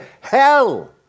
hell